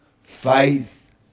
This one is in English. faith